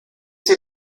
sie